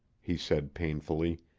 he said painfully,